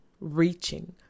Reaching